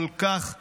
כל כך חשוב.